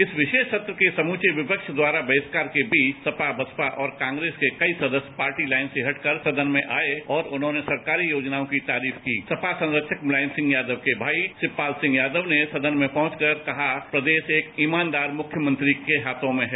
इस विशेष सत्र के समूचे विपक्ष द्वारा बहिष्कार के बीच सपा बसपा और कांग्रेस के कई सदस्य पार्टी लाइन से हटकर सदन में आए और उन्होंने सरकारी योजनाथों की तारीफ की सपा संरक्षक मुलायम सिंह यादव के भाई शिवपाल सिंह यादव ने सदन में पहुंचकर कहा प्रदेश एक ईमानदार मुख्यमंत्री के हाथों में है